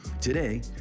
Today